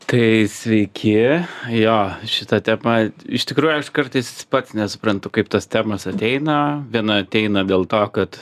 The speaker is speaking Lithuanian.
tai sveiki jo šita tema iš tikrųjų aš kartais pats nesuprantu kaip tos temos ateina viena ateina dėl to kad